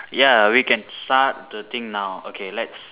ya we can start the thing now okay let's